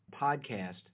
podcast